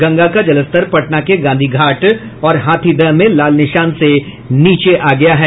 गंगा का जलस्तर पटना के गांधीघाट और हाथीदह में लाल निशान से नीचे आ गया है